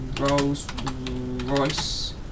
Rolls-Royce